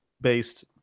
based